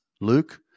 Luke